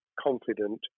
confident